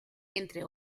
entre